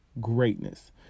greatness